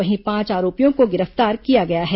वहीं पांच आरोपियों को गिरफ्तार किया गया है